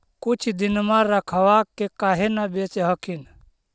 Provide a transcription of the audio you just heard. कुछ दिनमा रखबा के काहे न बेच हखिन?